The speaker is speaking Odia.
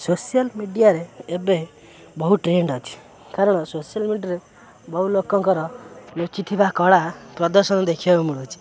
ସୋସିଆଲ ମିଡ଼ିଆରେ ଏବେ ବହୁ ଟ୍ରେଣ୍ଡ ଅଛି କାରଣ ସୋସିଆଲ ମିଡ଼ିଆରେ ବହୁ ଲୋକଙ୍କର ଲୁଚିଥିବା କଳା ପ୍ରଦର୍ଶନ ଦେଖିବାକୁ ମିଳୁଛି